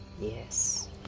Yes